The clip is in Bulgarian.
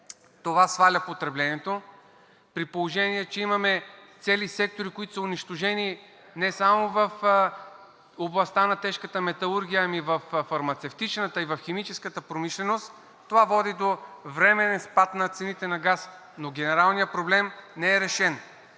това сваля потреблението. При положение че имаме цели сектори, които са унищожени, не само в областта на тежката металургия, но и във фармацевтичната и в химическата промишленост, това води до временен спад в цените на газа, но генералният проблем не е решен.